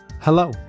Hello